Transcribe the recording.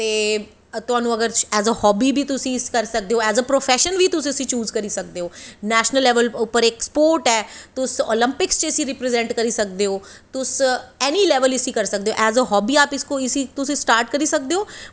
त थुहानू as a hobby बी तुस यूज़ करी सकदे ओ एज् ए प्रोफेशन बी तुस इसगी यूज़ करी सकदे ओ नेशनल लेवल उप्पर इक्क स्पोर्ट ऐ तुस ओलोम्पिक च इसी रीप्रजेंट करी सकदे ओ तुस एनी लेवल इसगी करी सकदे ओ कोई तुस इसी स्टार्ट करी सकदे ओ